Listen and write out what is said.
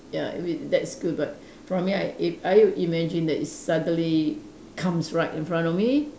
ya I mean that's good but for me I if I imagine that it suddenly comes right in front of me